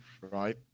right